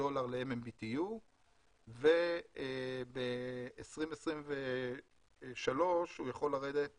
דולר ל- MMBTU וב-2024 הוא יכול לרדת